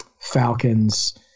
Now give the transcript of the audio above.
Falcon's